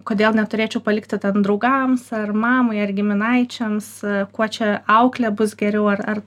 kodėl neturėčiau palikti ten draugams ar mamai ar giminaičiams kuo čia auklė bus geriau ar ar